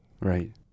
Right